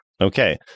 Okay